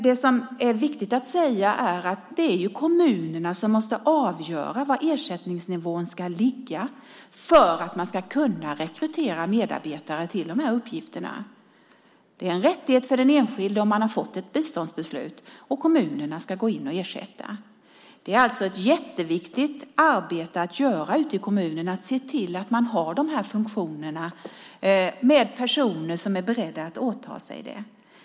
Det är viktigt att säga att kommunerna måste avgöra var ersättningsnivån ska ligga för att man ska kunna rekrytera medarbetare till de här uppgifterna. Det är en rättighet för den enskilde om man har fått ett biståndsbeslut. Kommunerna ska gå in och ersätta. Det är alltså ett viktigt arbete i kommunerna att se till att man har de funktionerna med personer som är beredda att åta sig dem.